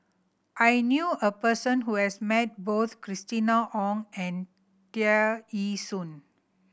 I knew a person who has met both Christina Ong and Tear Ee Soon